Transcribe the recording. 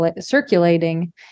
circulating